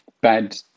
bad